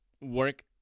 work